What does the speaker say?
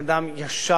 אומר את אשר על לבו,